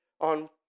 on